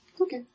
Okay